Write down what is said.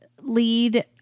lead